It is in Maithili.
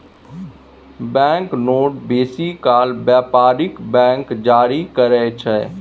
बैंक नोट बेसी काल बेपारिक बैंक जारी करय छै